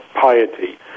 piety